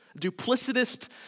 Duplicitist